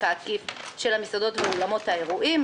העקיף של המסעדות ואולמות האירועים.